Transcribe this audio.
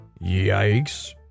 yikes